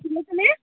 শুনিছানে